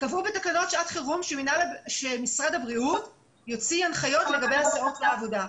קבעו בתקנות שעת חירום שמשרד הבריאות יוציא הנחיות לגבי הסעות לעבודה.